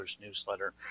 newsletter